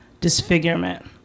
disfigurement